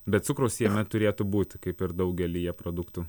bet cukraus jame turėtų būti kaip ir daugelyje produktų